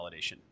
validation